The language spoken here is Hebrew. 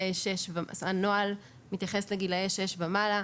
שהנוהל מתייחס לגילאי שש ומעלה.